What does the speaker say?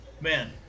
man